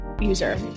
user